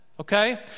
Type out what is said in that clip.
okay